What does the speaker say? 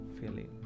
feeling